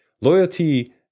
Loyalty